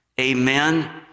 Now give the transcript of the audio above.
amen